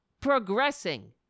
progressing